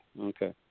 okay